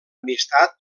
amistat